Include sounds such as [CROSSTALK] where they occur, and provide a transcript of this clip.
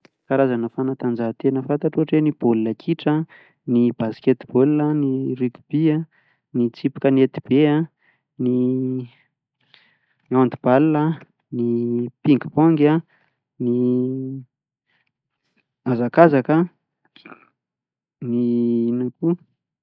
Ny karazana fanatanjahantena fantatro ohatra hoe ny baolina kitra an, ny basketball, ny rugby an, ny tsipi kanety be an, ny hand ball an, ny ping pong an, ny hazakazaka an, ny, [HESITATION] inona koa?